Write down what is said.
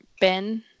Ben